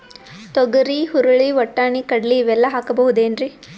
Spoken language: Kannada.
ತೊಗರಿ, ಹುರಳಿ, ವಟ್ಟಣಿ, ಕಡಲಿ ಇವೆಲ್ಲಾ ಹಾಕಬಹುದೇನ್ರಿ?